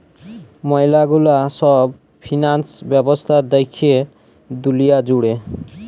ম্যালা গুলা সব ফিন্যান্স ব্যবস্থা দ্যাখে দুলিয়া জুড়ে